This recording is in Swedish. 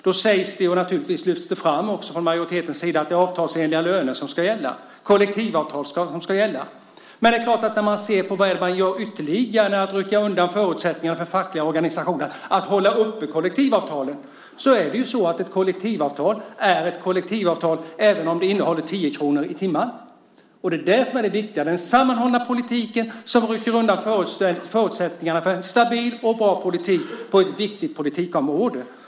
Då sägs det från majoritetens sida att det är avtalsenliga löner som ska gälla och att det är kollektivavtal som ska gälla. Men när man ser på vad man gör ytterligare, nämligen att rycka undan förutsättningarna för fackliga organisationer att hålla uppe kollektivavtalen, så är det ju så att ett kollektivavtal är ett kollektivavtal även om det handlar om 10 kr i timmen. Det är det som är det viktiga, nämligen den sammanhållna politiken som rycker undan förutsättningarna för en stabil och bra politik på ett viktigt politikområde.